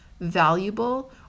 valuable